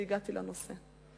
הגעתי לנושא.